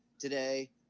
today